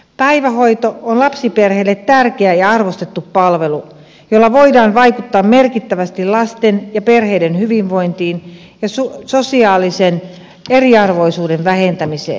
päivähoito on lapsiperheille tärkeä ja arvostettu palvelu jolla voidaan vaikuttaa merkittävästi lasten ja perheiden hyvinvointiin ja sosiaalisen eriarvoisuuden vähentämiseen